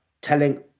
telling